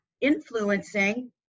influencing